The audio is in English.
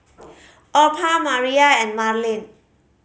Orpha Mariah and Marlin